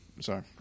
Sorry